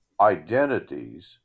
identities